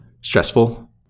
stressful